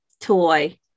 Toy